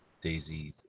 Daisy